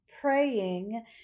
praying